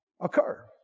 occur